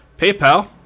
PayPal